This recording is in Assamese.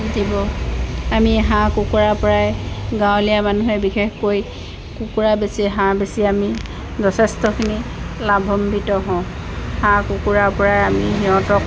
দিব আমি হাঁহ কুকুৰাৰ পৰাই গাঁৱলীয়া মানুহে বিশেষকৈ কুকুৰা বেচি হাঁহ বেচি আমি যথেষ্টখিনি লাভম্বিত হওঁ হাঁহ কুকুৰাৰ পৰাই আমি সিহঁতক